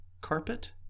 carpet